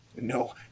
no